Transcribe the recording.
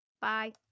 Bye